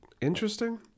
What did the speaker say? Interesting